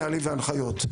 נהלים והנחיות,